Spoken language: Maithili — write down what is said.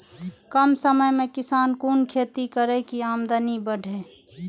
कम समय में किसान कुन खैती करै की आमदनी बढ़े?